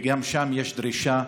גם שם יש דרישה.